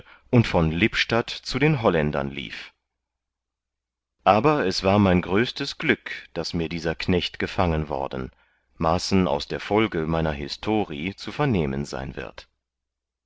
und von lippstadt zu den holländern lief aber es war mein größtes glück daß mir dieser knecht gefangen worden maßen aus der folge meiner histori zu vernehmen sein wird